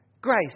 grace